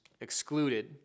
excluded